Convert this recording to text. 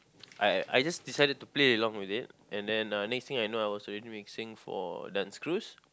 I I just decided to play along with it and then next thing I knew I was already mixing for dance crews